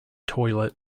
toilet